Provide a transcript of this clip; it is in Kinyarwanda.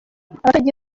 abaturage